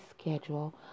schedule